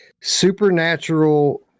supernatural